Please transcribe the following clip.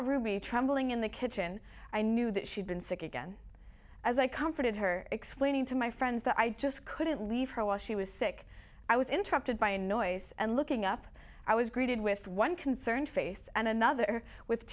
ruby trembling in the kitchen i knew that she'd been sick again as i comforted her explaining to my friends that i just couldn't leave her while she was sick i was interrupted by a noise and looking up i was greeted with one concerned face and another with